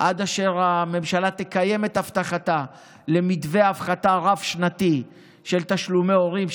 עד אשר הממשלה תקיים את הבטחתה למתווה הפחתה רב-שנתי של תשלומי הורים,